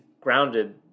grounded